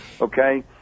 okay